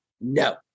No